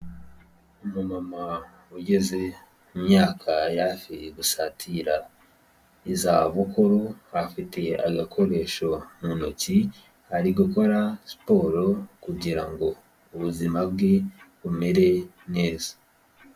Umumama ugeze ku myaka hafi gusatira izabukuru afitiye agakoresho mu ntoki ari gukora siporo kugirango ubuzima bwe bumere neza.